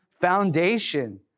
foundation